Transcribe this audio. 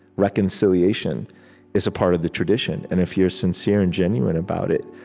reconciliation is a part of the tradition. and if you're sincere and genuine about it,